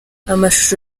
amashusho